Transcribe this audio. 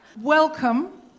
Welcome